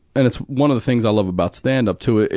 and it's one of the things i love about standup too,